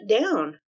down